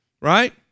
right